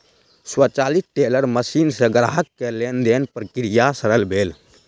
स्वचालित teller machine सॅ ग्राहक के लेन देनक प्रक्रिया सरल भेल